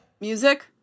Music